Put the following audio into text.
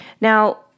Now